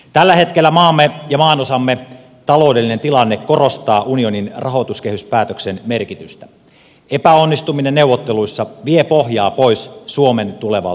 tällä hetkellä maamme ja maanosamme taloudellinen tilanne korostaa unionin rahoituskehyspäätöksen merkitystä epäonnistuminen neuvotteluissa vie pohjaa pois suomen tulevalta talouskasvulta